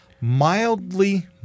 mildly